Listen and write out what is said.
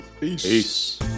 Peace